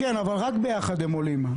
כן, אבל הם עולים רק ביחד, נכון?